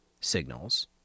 signals